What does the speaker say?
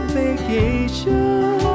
vacation